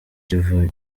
kivu